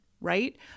right